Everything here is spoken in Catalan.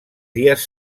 dies